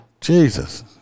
Jesus